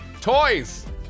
toys